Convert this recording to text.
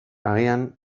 agian